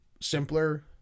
simpler